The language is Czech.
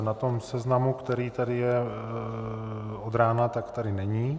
Na tom seznamu, který tady je od rána, tak tady není.